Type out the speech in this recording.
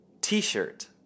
t-shirt